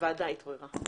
הוועדה התעוררה.